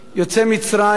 יוצאי מצרים,